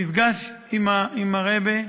במפגש עם הרעבע.